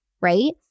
Right